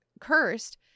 cursed